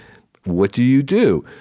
what do you do?